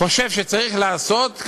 חושב שצריך לעשות.